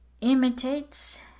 imitates